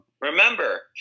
remember